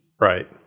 Right